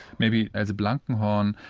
maybe else blankenhorn.